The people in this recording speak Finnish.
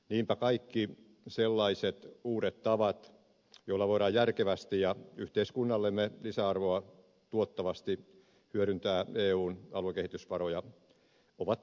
niinpä kaikki sellaiset uudet tavat joilla voidaan järkevästi ja yhteiskunnallemme lisäarvoa tuottavasti hyödyntää eun aluekehitysvaroja ovat tervetulleita